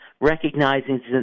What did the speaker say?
recognizing